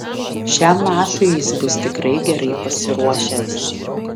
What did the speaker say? šiam mačui jis bus tikrai gerai pasiruošęs